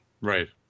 right